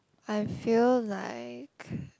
I feel like